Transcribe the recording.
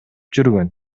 жүргөн